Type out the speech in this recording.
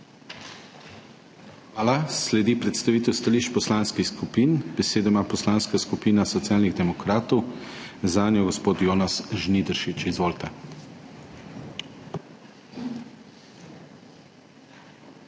Hvala. Sledi predstavitev stališč poslanskih skupin. Besedo ima Poslanska skupina Socialnih demokratov, zanjo gospod Jonas Žnidaršič. Izvolite. JONAS